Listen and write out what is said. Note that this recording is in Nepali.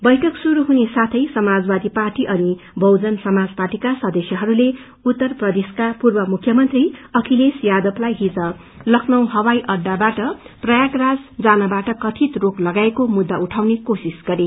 बैइक शुरू हुन साथै समाजवादी पार्टी अनि बहुजन समाजवादी पार्टीका सदस्यहरूले उत्तरप्रदेशका पूर्व मुख्य मंत्री अखिलेश यादवलाई लखनऊ हवाई अड्डावाट प्रयागराज जानबाट कथित रोक लागाइएको मुद्दा उठाउने कोशिश गरे